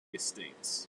estates